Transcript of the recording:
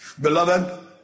Beloved